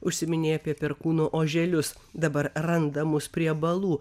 užsiminei apie perkūno oželius dabar randa mus prie balų